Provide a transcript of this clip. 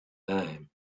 name